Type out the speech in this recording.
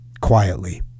quietly